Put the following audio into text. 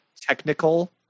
technical